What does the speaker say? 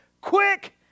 Quick